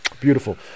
beautiful